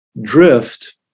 drift